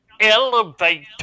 elevator